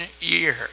year